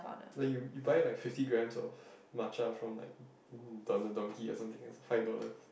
but you you buy like fifty grams of matcha from like donkey or something also five dollars